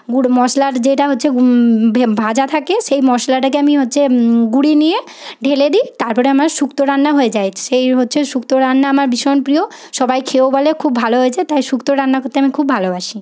গুঁড়ো মশলার যেটা হচ্ছে ভাজা থাকে সেই মশলাটাকে আমি হচ্ছে গুঁড়িয়ে নিয়ে ঢেলে দিই তারপরে আমার শুক্তো রান্না হয়ে যায় এই হচ্ছে শুক্তো রান্না আমার ভীষণ প্রিয় সবাই খেয়েও বলে খুব ভালো হয়েছে তাই শুক্তো রান্না করতে আমি খুব ভালোবাসি